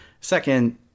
Second